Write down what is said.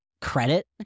credit